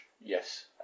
Yes